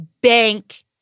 bank